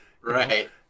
Right